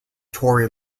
tory